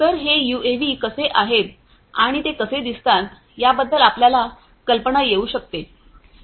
तर हे यूएव्ही कसे आहेत आणि ते कसे दिसतात याबद्दल आपल्याला कल्पना येऊ शकते